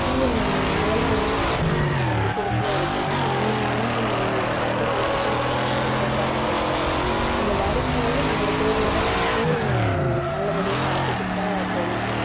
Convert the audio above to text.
இல்லில்லைங்க ma'am அதெல்லாம் ஒன்றும் பிரச்சனை இல்லைங்க பள்ளிக்கூடத்தில் இருக்குங்க இல்லைன்னாலும் நீங்கள் இங்கே வந்து கேட்டதும் நம்ம ஏற்பாடு பண்ணிக்கலாங்க நீங்கள் வரும்போது நாலு பேரோடு வந்து நல்லபடியாக நடத்தி கொடுத்தா போதுங்க